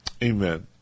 Amen